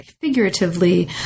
figuratively